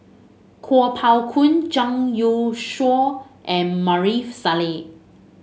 Kuo Pao Kun Zhang Youshuo and Maarof Salleh